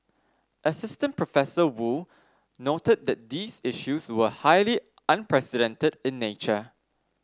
Assistant Professor Woo noted that these issues were highly unprecedented in nature